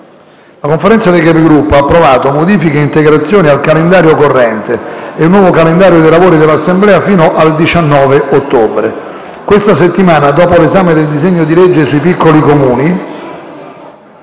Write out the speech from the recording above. La Conferenza dei Capigruppo ha approvato modifiche e integrazioni al calendario corrente e il nuovo calendario dei lavori dell'Assemblea fino al 19 ottobre. Questa settimana, dopo l'esame del disegno di legge sui piccoli Comuni,